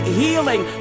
healing